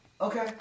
Okay